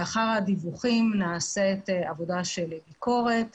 לאחר הדיווחים נעשית עבודת ביקורת,